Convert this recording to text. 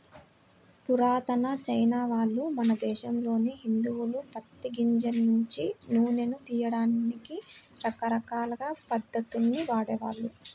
పురాతన చైనావాళ్ళు, మన దేశంలోని హిందువులు పత్తి గింజల నుంచి నూనెను తియ్యడానికి రకరకాల పద్ధతుల్ని వాడేవాళ్ళు